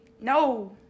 No